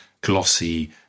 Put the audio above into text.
glossy